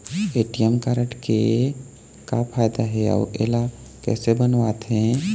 ATM card के का फायदा हे अऊ इला कैसे बनवाथे?